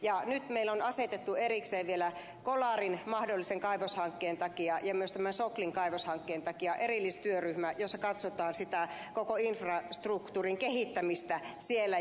nyt meille on asetettu erikseen vielä kolarin mahdollisen kaivoshankkeen takia ja myös tämän soklin kaivoshankkeen takia erillistyöryhmä jossa katsotaan sitä koko infrastruktuurin kehittämistä siellä